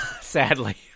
sadly